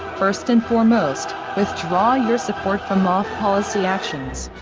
first and foremost, withdraw your support from off policy actions.